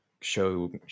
show